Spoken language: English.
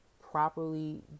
properly